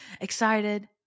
excited